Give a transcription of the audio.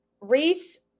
Reese